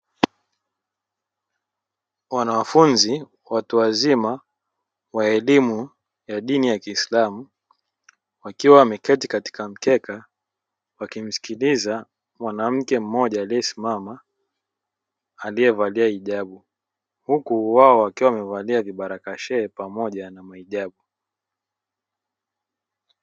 Wanafunzi watu wazima wa elimu ya dini ya kiislamu wakiwa wameketi katika mkeka wakimsikiliza mwanamke mmoja aliyesimama aliyevalia hijabu, huku wao wakiwa wamevalia vibarakashehe pamoja na mahijabu.